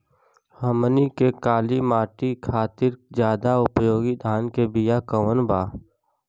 हमनी के काली माटी खातिर ज्यादा उपयोगी धान के बिया कवन बा?